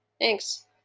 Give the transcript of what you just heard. Thanks